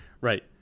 Right